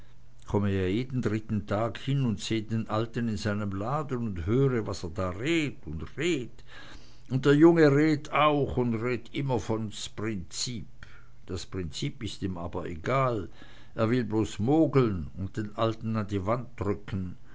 komme ja jeden dritten tag hin und seh den alten in seinem laden und höre was er da redt und redt und der junge redt auch und redt immer von s prinzip das prinzip is ihm aber egal er will bloß mogeln und den alten an die wand drücken